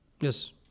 Yes